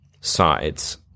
sides